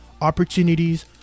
opportunities